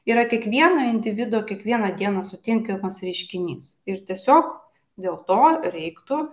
yra kiekvieno individo kiekvieną dieną sutinkamas reiškinys ir tiesiog dėl to reiktų